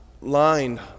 Line